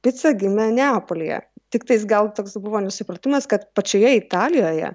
pica gimė neapolyje tiktais gal toks buvo nusikaltimas kad pačioje italijoje